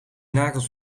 nagels